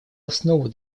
основу